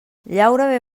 llaura